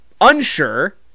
unsure